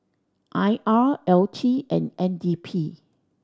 I R L T and N D P